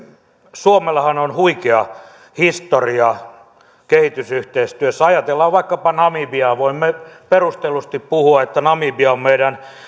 suomellahan on huikea historia kehitysyhteistyössä ajatellaan vaikkapa namibiaa voimme perustellusti puhua että namibia on meidän